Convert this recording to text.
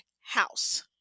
house